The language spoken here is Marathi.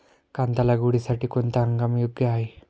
कांदा लागवडीसाठी कोणता हंगाम योग्य आहे?